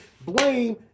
blame